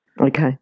Okay